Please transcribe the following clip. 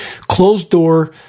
closed-door